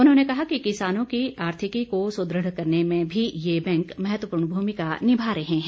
उन्होंने कहा कि किसानों की आर्थिकी को सुदृढ़ करने में भी ये बैंक महत्वपूर्ण भूमिका निभा रहे हैं